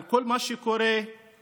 על כל מה שקורה שם,